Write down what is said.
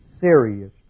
serious